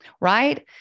right